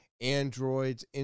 androids